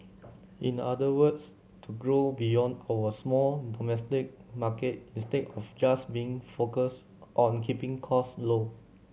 in other words to grow beyond our small domestic market instead of just being focused on keeping costs low